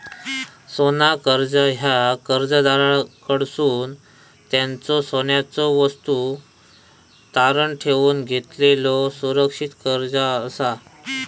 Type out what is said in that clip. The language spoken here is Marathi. सोना कर्जा ह्या कर्जदाराकडसून त्यांच्यो सोन्याच्यो वस्तू तारण ठेवून घेतलेलो सुरक्षित कर्जा असा